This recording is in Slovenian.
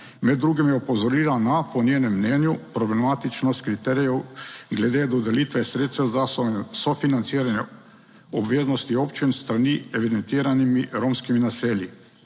Med drugim je opozorila na po njenem mnenju problematičnost kriterijev glede dodelitve sredstev za sofinanciranje obveznosti občin s strani evidentiranimi romskimi naselji.